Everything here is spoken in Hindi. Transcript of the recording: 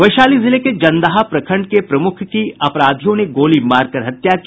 वैशाली जिले के जनदाहा प्रखंड के प्रमुख की अपराधियों ने गोली मारकर हत्या की